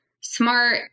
smart